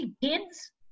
kids